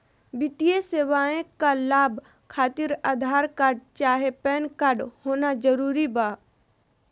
वित्तीय सेवाएं का लाभ खातिर आधार कार्ड चाहे पैन कार्ड होना जरूरी बा?